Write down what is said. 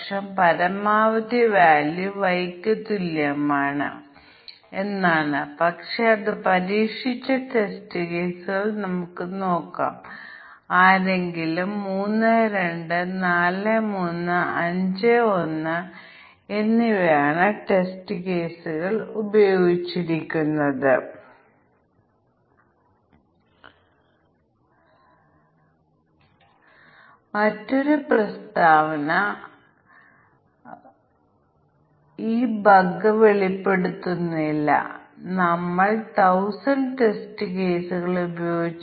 ഉം പരിഗണിക്കേണ്ടതുണ്ട് അതിനാൽ നെഗറ്റീവ് ടെസ്റ്റ് കേസുകൾ ഞങ്ങൾ പരിഗണിക്കുന്നില്ലെങ്കിൽ അഞ്ച് ഞങ്ങൾ നെഗറ്റീവ് ടെസ്റ്റ് കേസുകളും പരിഗണിക്കുകയാണെങ്കിൽ ഈ പ്രശ്നത്തിന് അതിർത്തി മൂല്യ പരിശോധനയ്ക്കായി ഞങ്ങൾക്ക് ഏഴ് ടെസ്റ്റ് കേസുകൾ ആവശ്യമാണ്